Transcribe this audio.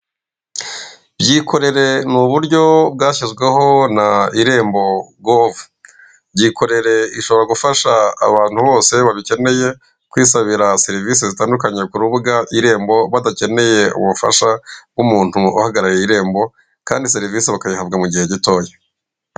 Byikorere ni uburyo bwashyizweho na irembo, govu. byikorere ishobora gufasha abantu Bose babishoboye kwisabira serivise zitandukanye kurubuga irembo, badakeneye ubufasha bw' umuntu uhagarariye irembo Kandi serivise bakayihabwa mugihe gitoya.